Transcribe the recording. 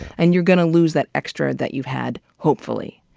and you're going to lose that extra that you've had, hopefully.